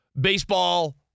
baseball